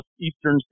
Eastern